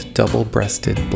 double-breasted